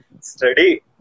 Study